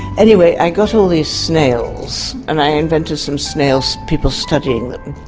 anyway i got all these snails and i invented some snails people studying them.